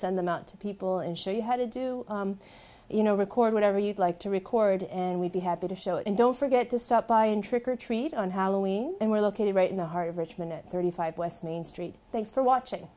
send them out to people and show you how to do you know record whatever you'd like to record and we'd be happy to show it and don't forget to stop by and trick or treat on halloween and we're located right in the heart of richmond thirty five west main street thanks for watching